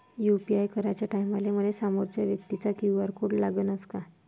UPI कराच्या टायमाले मले समोरच्या व्यक्तीचा क्यू.आर कोड लागनच का?